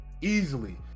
easily